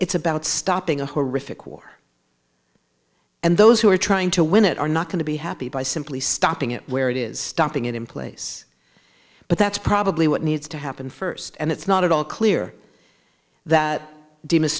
it's about stopping a horrific war and those who are trying to win it are not going to be happy by simply stopping it where it is stopping it in place but that's probably what needs to happen first and it's not at all clear that de